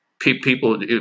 People